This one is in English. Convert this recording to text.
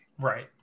Right